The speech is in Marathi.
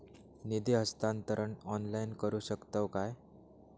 निधी हस्तांतरण ऑनलाइन करू शकतव काय?